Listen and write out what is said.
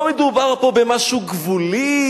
לא מדובר פה במשהו גבולי,